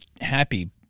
happy